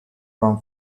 from